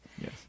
Yes